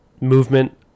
movement